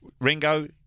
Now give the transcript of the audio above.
Ringo